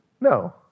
No